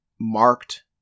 marked